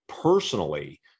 personally